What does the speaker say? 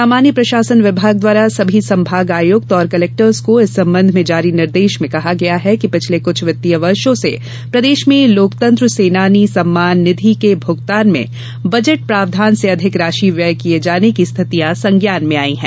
सामान्य प्रशासन विभाग द्वारा सभी संभाग आयुक्त और कलेक्टर्स को इस संबंध में जारी निर्देश में कहा गया है कि पिछले कुछ वित्तीय वर्षों से प्रदेश में लोकतंत्र सेनानी सम्मान निधि के भुगतान में बजट प्रावधान से अधिक राशि व्यय किये जाने की स्थितियाँ संज्ञान में आयी है